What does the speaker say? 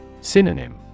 Synonym